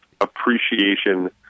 appreciation